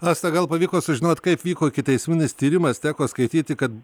asta gal pavyko sužinot kaip vyko ikiteisminis tyrimas teko skaityti kad